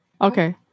Okay